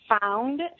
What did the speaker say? found